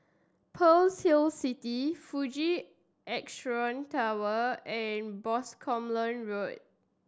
Pearl's Hill City Fuji Xerox Tower and Boscombe Road